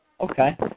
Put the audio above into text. Okay